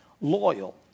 loyal